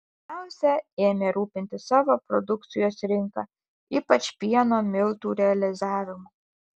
pirmiausia ėmė rūpintis savo produkcijos rinka ypač pieno miltų realizavimu